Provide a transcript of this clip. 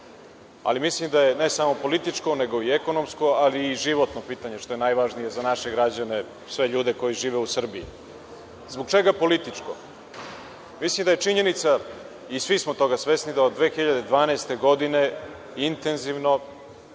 ali mislim da je ne samo političko, nego i ekonomsko, ali i životno pitanje, što je najvažnije za naše građane, za sve ljude koji žive u Srbiji. Zbog čega političko? Mislim da je činjenica, i svi smo toga svesni, da od 2012. godine intenzivno